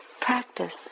practice